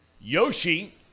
Yoshi